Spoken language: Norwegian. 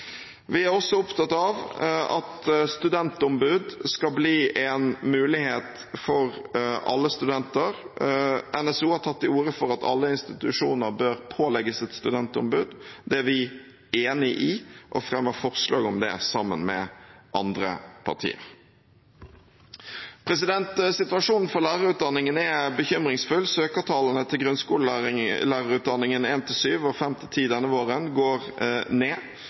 Vi er også opptatt av at studentombud skal bli en mulighet for alle studenter. NSO har tatt til orde for at alle institusjoner bør pålegges å ha et studentombud. Det er vi enig i, og vi fremmer forslag om det sammen med andre partier. Situasjonen for lærerutdanningen er bekymringsfull. Søkertallene til grunnskolelærerutdanning 1.–7. og 5.–10. denne våren går ned.